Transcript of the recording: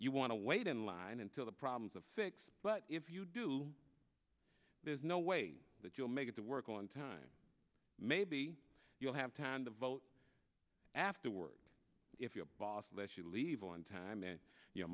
you want to wait in line until the problems of six but if you do there's no way that you'll make it to work on time maybe you'll have to hand the vote afterwards if your boss let you leave on time and your